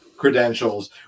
credentials